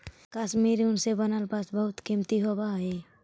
कश्मीरी ऊन से बनल वस्त्र बहुत कीमती होवऽ हइ